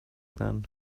then